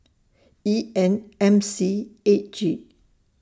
E N M C eight G